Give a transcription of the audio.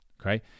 Okay